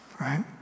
right